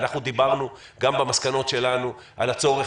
אנחנו דיברנו גם במסקנות שלנו על הצורך